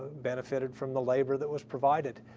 benefited from the labor that was provided.